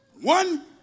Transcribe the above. one